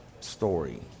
story